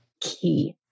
key